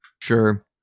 Sure